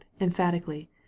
emphatically